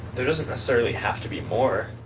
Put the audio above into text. there doesn't necessarily have to be more.